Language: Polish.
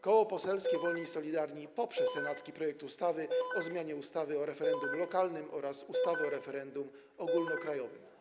Koło Poselskie Wolni i Solidarni poprze senacki projekt ustawy o zmianie ustawy o referendum lokalnym oraz ustawy o referendum ogólnokrajowym.